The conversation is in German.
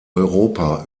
europa